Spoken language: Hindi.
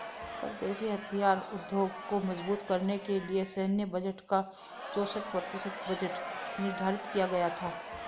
स्वदेशी हथियार उद्योग को मजबूत करने के लिए सैन्य बजट का चौसठ प्रतिशत बजट निर्धारित किया गया था